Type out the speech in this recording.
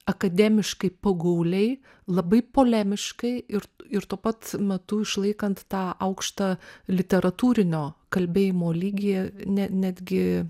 akademiškai pagauliai labai polemiškai ir ir tuo pat metu išlaikant tą aukštą literatūrinio kalbėjimo lygį ne netgi